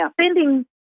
spending